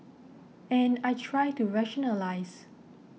and I try to rationalise